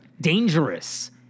Dangerous